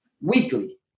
weekly